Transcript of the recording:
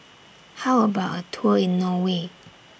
How about A Tour in Norway